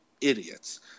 idiots